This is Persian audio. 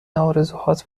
آرزوهایت